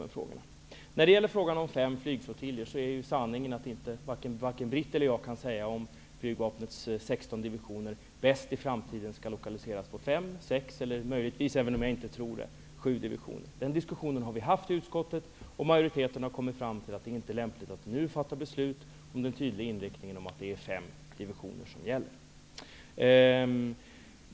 När det gäller frågan om fem flygflottiljer är ju sanningen att varken Britt Bohlin eller jag kan säga om flygvapnets 16 divisioner i framtiden bäst skall lokaliseras på fem sex eller möjligtvis -- även om jag inte tror det -- sju divisioner. Den diskussionen har vi haft i utskottet. Majoriteten har kommit fram till att det inte är lämpligt att fatta beslut nu, och med tydlig inriktning att det är fem divisioner som gäller.